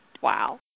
Wow